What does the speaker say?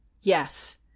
Yes